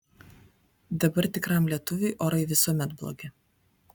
dabar tikram lietuviui orai visuomet blogi